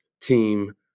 team